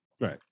right